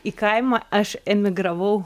į kaimą aš emigravau